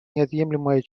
неотъемлемой